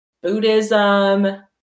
Buddhism